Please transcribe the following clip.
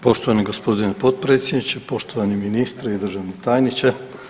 Poštovani gospodine Potpredsjedniče, poštovani Ministre i Državni tajniče.